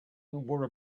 wore